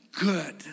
good